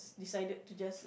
decided to just like